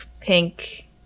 Pink